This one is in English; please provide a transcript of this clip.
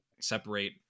separate